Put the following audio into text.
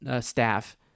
staff